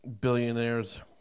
Billionaires